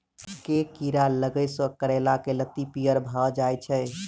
केँ कीड़ा लागै सऽ करैला केँ लत्ती पीयर भऽ जाय छै?